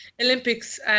Olympics